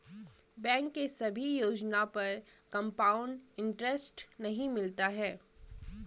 bank के सभी योजना पर कंपाउड इन्टरेस्ट नहीं मिलता है